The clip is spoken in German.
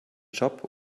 job